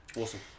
Awesome